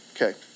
Okay